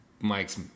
Mike's